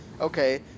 okay